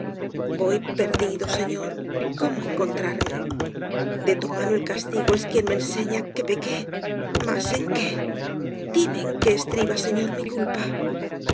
voy perdido señor cómo encontrarme de tu mano el castigo es quien me enseña que pequé más en qué dime en qué estriba señor mi culpa